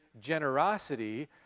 generosity